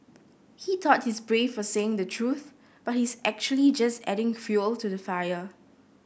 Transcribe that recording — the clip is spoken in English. he thought he's brave for saying the truth but he's actually just adding fuel to the fire